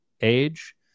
age